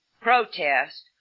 protest